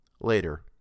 Later